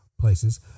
places